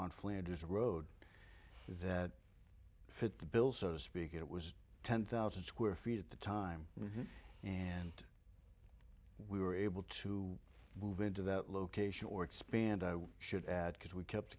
on flanders road that fit the bill so to speak it was ten thousand square feet at the time and we were able to move into that location or expand i should add because we kept